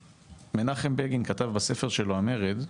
מנחם בגין כתב בספר שלו "המרד",